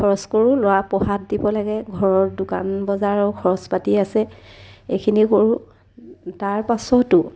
খৰচ কৰোঁ ল'ৰা পঢ়াত দিব লাগে ঘৰৰ দোকান বজাৰৰ আৰু খৰচ পাতি আছে এইখিনি কৰোঁ তাৰ পাছতো